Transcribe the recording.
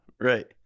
right